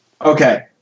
Okay